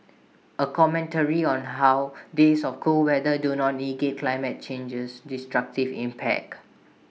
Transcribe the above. A commentary on how days of cool weather do not negate climate change's destructive impact